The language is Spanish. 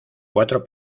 cuatro